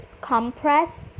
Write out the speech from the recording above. compress